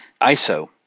ISO